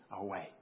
away